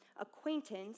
acquaintance